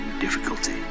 difficulty